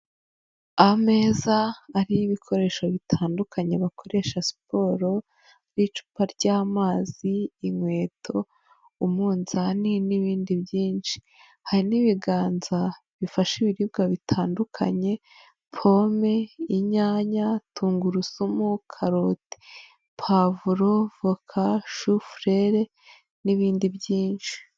Ameza ariho ibikoresho bitandukanye bakoresha siporo n'icupa ry'amazi, inkweto umunzani n'ibindi byinshi hari n'ibiganza bifashe ibiribwa bitandukanye pome, inyanya, tungurusumu, karoti, pavuro, avoka shufurere n'ibindi byinshi.